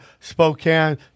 Spokane